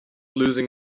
losing